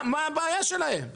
מה הבעיה שלהם?